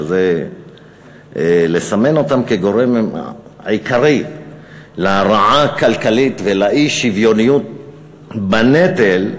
שזה לסמן אותם כגורם העיקרי להרעה הכלכלית ולאי-שוויוניות בנטל.